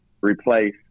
replace